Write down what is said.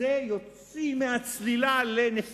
זה יוציא מהצלילה לנסיקה.